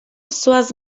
zoaz